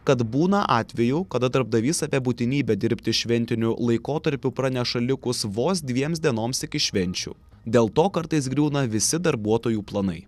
kad būna atvejų kada darbdavys apie būtinybę dirbti šventiniu laikotarpiu praneša likus vos dviems dienoms iki švenčių dėl to kartais griūna visi darbuotojų planai